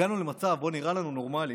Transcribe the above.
הגענו למצב שבו נראה לנו נורמלי